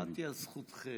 עמדתי על זכותכם.